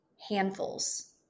handfuls